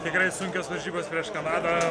tikrai sunkios varžybos prieš kanadą